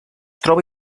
troba